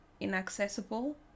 inaccessible